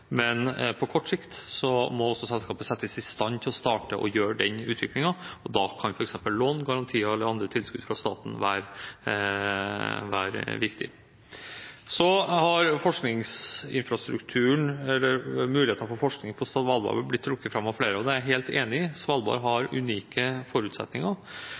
stand til å starte den utviklingen, og da kan f.eks. lån, garantier eller andre tilskudd fra staten være viktig. Forskningsinfrastrukturen, mulighetene for forskning på Svalbard, har blitt trukket fram av flere. Jeg er helt enig i at Svalbard har unike forutsetninger.